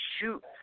shoot